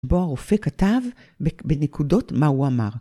בוא הרופא כתב בנקודות מה הוא אמר.